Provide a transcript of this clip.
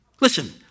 Listen